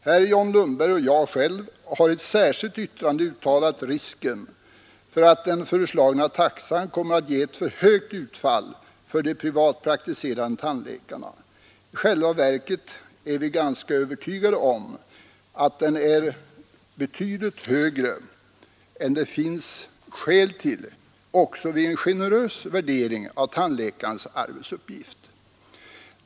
Herr Lundberg och jag har i ett särskilt yttrande påtalat risken för att den föreslagna taxan kommer att ge ett för högt utfall för de privatpraktiserande tandläkarna. I själva verket är vi ganska övertygade om att den är betydligt högre än det finns skäl till också vid en generös värdering av tandläkarnas arbetsuppgifter.